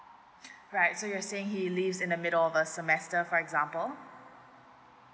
right so you're saying he leaves in the middle of a semester for example